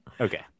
Okay